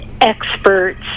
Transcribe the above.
experts